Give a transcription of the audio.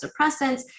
suppressants